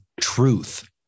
truth